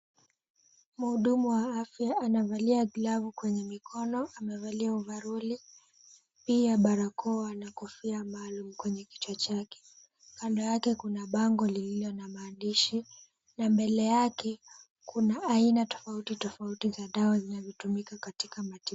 Mhudumu wa afya anavalia glavu kwenye mikono, amevalia ovaroli, pia barakoa na kofia maalumu kwenye kichwa chake, kando yake kuna bango lililo na maandishi na mbele yake kuna aina tofauti tofauti za dawa zinazotumika katika matibabu.